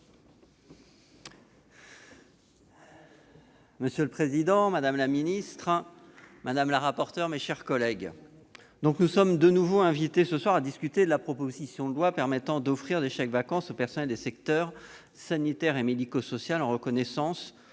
Monsieur le président, madame la ministre, mes chers collègues, nous sommes de nouveau invités ce soir à discuter de la proposition de loi visant à permettre d'offrir des chèques-vacances aux personnels des secteurs sanitaire et médico-social en reconnaissance